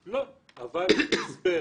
תדווח גם לרשות לאיסור